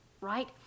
right